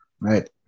right